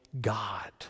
God